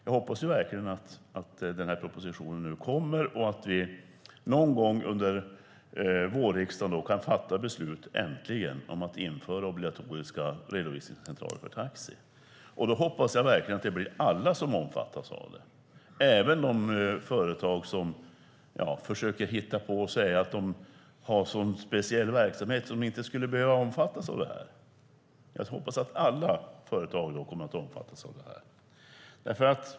Jag hoppas att propositionen nu kommer och att vi någon gång under vårriksdagen äntligen kan fatta beslut om att införa obligatoriska redovisningscentraler för taxi. Jag hoppas också att alla kommer att omfattas av det, även de företag som säger att de har en så speciell verksamhet att de inte ska behöva omfattas av det. Jag hoppas att alla företag kommer att omfattas.